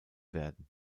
werden